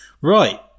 Right